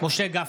משה גפני,